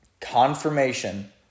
confirmation